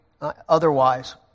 otherwise